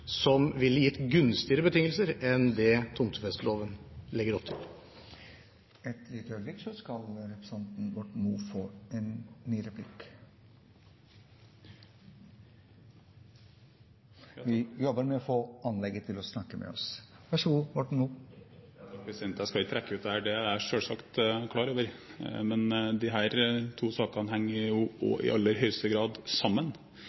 som ville gitt gunstigere betingelser enn det tomtefesteloven legger opp til. Et lite øyeblikk, så skal representanten Ola Borten Moe få ordet til ny replikk. Vi jobber med å få anlegget til å snakke med oss. Takk, jeg skal ikke trekke ut dette. Det er jeg selvsagt klar over, men disse to sakene henger i aller høyeste grad sammen – og det kan jo